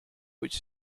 which